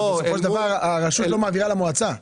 אבל בסופו של דבר הרשות לא מעבירה למועצה.